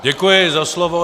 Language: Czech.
Děkuji za slovo.